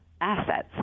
assets